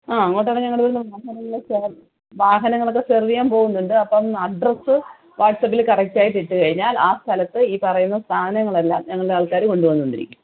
ആ അങ്ങോട്ടൊക്കെ ഞങ്ങളെ ഇവിടെ നി ന്ന് വാഹനങ്ങൾ വാഹനങ്ങളൊക്കെ സെർവ്വ് ചെയ്യാൻ പോകുന്നുണ്ട് അപ്പം അഡ്രസ്സ് വാട്സപ്പിൽ കറക്റ്റ് ആയിട്ട് ഇട്ടിട്ട് കഴിഞ്ഞാൽ ആ സ്ഥലത്ത് ഈ പറയുന്ന സാധനങ്ങളെല്ലാം ഞങ്ങളുടെ ആൾക്കാർ കൊണ്ടുവന്നു എന്നിരിക്കും